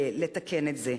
לתקן את זה.